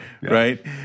right